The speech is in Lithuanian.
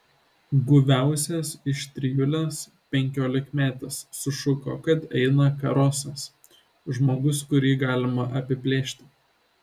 guviausias iš trijulės penkiolikmetis sušuko kad eina karosas žmogus kurį galima apiplėšti